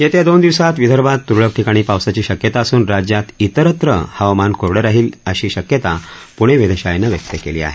येत्या दोन दिवसात विदर्भात तुरळक ठिकाणी पावसाची शक्यता असून राज्यात इतस्त्र हवामान कोरडं राहील अशी शक्यता पुणे वेधशाळेनं व्यक्त केली आहे